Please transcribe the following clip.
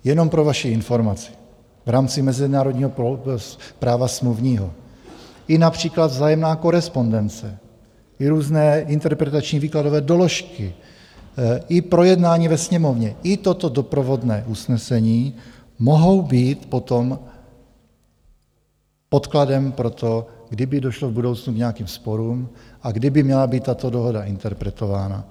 Jenom pro vaši informaci, v rámci mezinárodního práva smluvního i například vzájemná korespondence i různé interpretační výkladové doložky i projednání ve Sněmovně i toto doprovodné usnesení mohou být potom podkladem pro to, kdyby došlo v budoucnu k nějakým sporům a kdyby měla být tato dohoda interpretována.